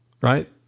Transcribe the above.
right